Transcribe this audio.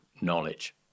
knowledge